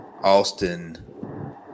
Austin